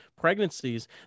pregnancies